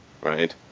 right